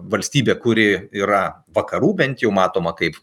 valstybė kuri yra vakarų bent jau matoma kaip